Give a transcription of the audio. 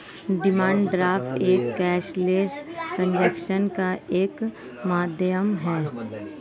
demand draft एक cashless transaction का एक माध्यम है